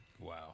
Wow